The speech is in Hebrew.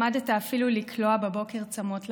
למדת אפילו לקלוע בבוקר צמות לילדות.